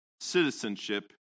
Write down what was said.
citizenship